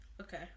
Okay